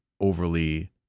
overly